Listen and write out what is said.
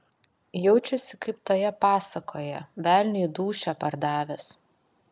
jaučiasi kaip toje pasakoje velniui dūšią pardavęs